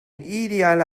ideale